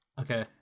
Okay